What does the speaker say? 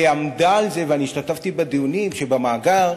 והיא עמדה על זה, ואני השתתפתי בדיונים, שבמאגר